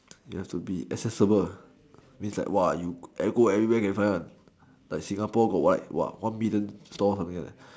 it has to be accessible means like !wow! you go everywhere can find one like Singapore got like what one million stores or something like that